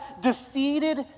defeated